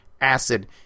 acid